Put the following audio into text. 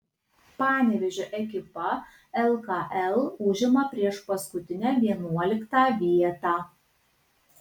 panevėžio ekipa lkl užima priešpaskutinę vienuoliktą vietą